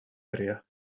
area